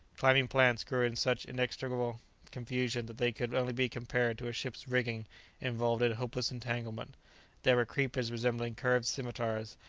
climbing plants grew in such inextricable confusion that they could only be compared to a ship's rigging involved in hopeless entanglement there were creepers resembling curved scimitars,